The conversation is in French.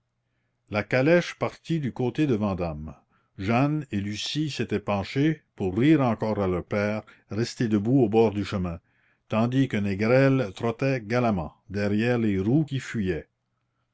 la calèche partit du côté de vandame jeanne et lucie s'étaient penchées pour rire encore à leur père resté debout au bord du chemin tandis que négrel trottait galamment derrière les roues qui fuyaient